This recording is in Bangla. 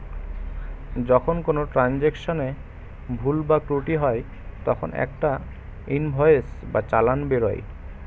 যখন কোনো ট্রান্জাকশনে ভুল বা ত্রুটি হয় তখন একটা ইনভয়েস বা চালান বেরোয়